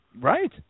Right